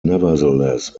nevertheless